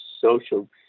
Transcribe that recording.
social